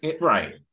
right